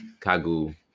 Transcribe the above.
Kagu